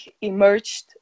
emerged